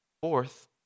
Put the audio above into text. fourth